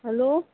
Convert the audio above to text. hello